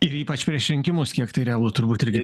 ir ypač prieš rinkimus kiek tai realu turbūt irgi